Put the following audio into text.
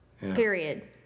period